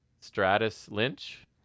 Stratus-Lynch